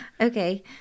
Okay